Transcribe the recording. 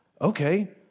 Okay